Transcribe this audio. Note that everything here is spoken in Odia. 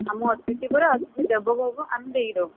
ଆମ ଅତିଥି ପରା ଅତିଥି ଦେବ ଭଵ ଆମେ ଦେଇଦେବୁ